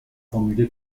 formulée